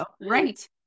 Right